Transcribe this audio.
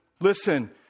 Listen